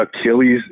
Achilles